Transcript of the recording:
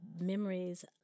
memories